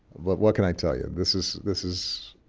but what can i tell you, this is this is